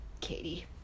Katie